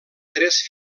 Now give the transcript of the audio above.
tres